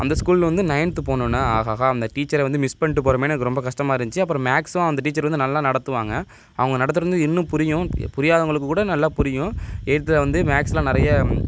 அந்த ஸ்கூலில் வந்து நைன்த்து போனொன்ன ஆஹாஹா அந்த டீச்சரை வந்து மிஸ் பண்ணிட்டு போறோமேன்னு எனக்கு ரொம்ப கஷ்டமாக இருந்துச்சு அப்புறோம் மேக்ஸும் அந்த டீச்சர் வந்து நல்லா நடத்துவாங்க அவங்க நடத்துனது இன்னும் புரியும் புரியாதவங்களுக்கு கூட நல்லா புரியும் எயித்தில் வந்து மேக்ஸில் நிறைய